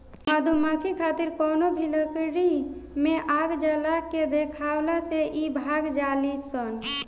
मधुमक्खी खातिर कवनो भी लकड़ी में आग जला के देखावला से इ भाग जालीसन